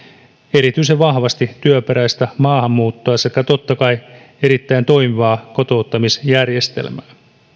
erityisen vahvasti työperäistä maahanmuuttoa sekä totta kai erittäin toimivaa kotouttamisjärjestelmää